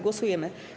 Głosujemy.